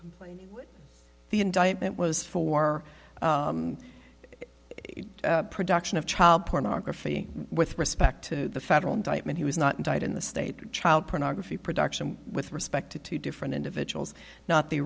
complainant the indictment was for production of child pornography with respect to the federal indictment he was not indicted in the state of child pornography production with respect to two different individuals not the